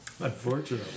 Unfortunately